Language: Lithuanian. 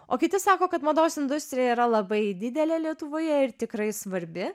o kiti sako kad mados industrija yra labai didelė lietuvoje ir tikrai svarbi